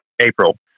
April